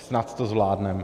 Snad to zvládneme.